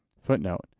Footnote